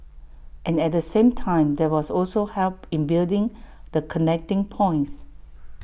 and at the same time there was also help in building the connecting points